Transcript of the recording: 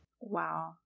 Wow